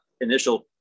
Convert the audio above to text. initial